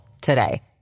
today